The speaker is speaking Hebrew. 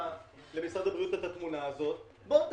למשרד הבריאות את התמונה הזאת בואו,